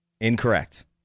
Incorrect